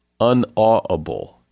unawable